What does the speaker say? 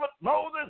Moses